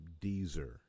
Deezer